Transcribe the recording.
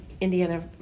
Indiana